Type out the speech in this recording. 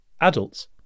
adults